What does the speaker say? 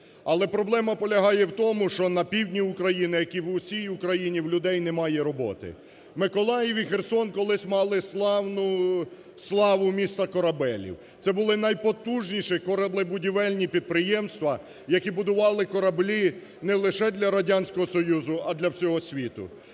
Але проблема полягає в тому, що на півдні України, як і в усій Україні, в людей немає роботи. Миколаїв і Херсон колись мали славну славу міста корабелів. Це були найпотужніші кораблебудівельні підприємства, які будували кораблі не лише для Радянського союзу, а для всього світу.